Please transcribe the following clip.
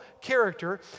character